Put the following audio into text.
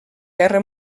guerra